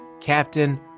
Captain